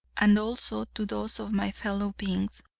and also to those of my fellow beings.